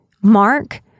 Mark